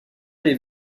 les